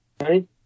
right